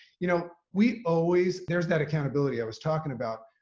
you know, we always there's that accountability i was talking about.